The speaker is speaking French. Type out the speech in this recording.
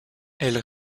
elles